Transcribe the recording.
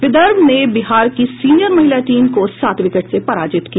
विदर्भ ने बिहार की सीनियर महिला टीम को सात विकेट से पराजित किया